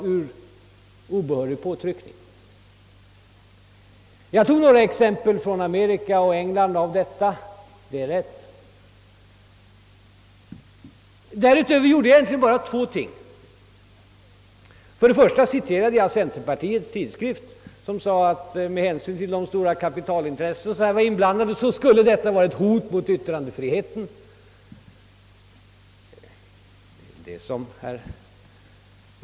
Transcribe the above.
Jag tog emellertid endast några exempel från Amerika och England för att belysa hur systemet där fungerar. Därutöver citerade jag en centerpartistisk tidskrift som ansåg, att de stora kapitalintressen, som skulle stå bakom ett kommersiellt företag, innebure ett hot mot yttrandefriheten.